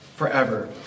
forever